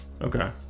Okay